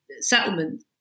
settlement